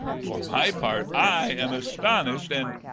for my part, i am astonished, and.